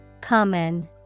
Common